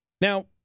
Now